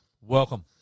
Welcome